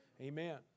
Amen